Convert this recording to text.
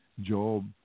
Job